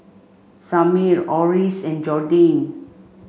Samir Oris and Jordyn